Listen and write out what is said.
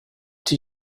die